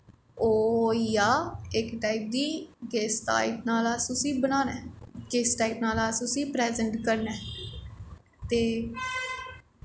ओह् होई गेआ इक टाईप दी किस स्टाईल नाल अस उसी बनाना ऐ किस टाईप नाल असें उसी प्रज़ैंट करना ऐ ते